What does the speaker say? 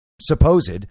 supposed